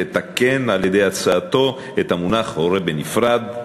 לתקן על-ידי הצעתו את המונח "הורה בנפרד",